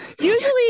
Usually